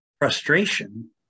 frustration